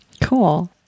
Cool